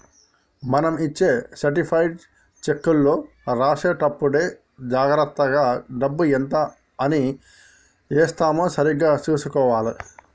మనం ఇచ్చే సర్టిఫైడ్ చెక్కులో రాసేటప్పుడే జాగర్తగా డబ్బు ఎంత అని ఏశామో సరిగ్గా చుసుకోవాలే